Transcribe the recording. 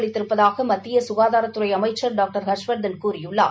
அளித்திருப்பதாக மத்திய குகாதாரத்துறை அமைச்சர் டாக்டர் ஹர்ஷவர்தன் கூறியுள்ளார்